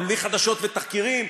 אבל בלי חדשות ותחקירים,